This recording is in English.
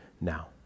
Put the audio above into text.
now